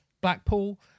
blackpool